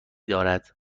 دارد